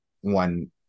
one